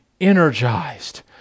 energized